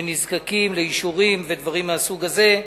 רבים שנזקקים לאישורים ולדברים מהסוג הזה.